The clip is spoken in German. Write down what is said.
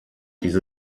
diese